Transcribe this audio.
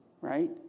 right